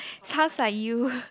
sounds like you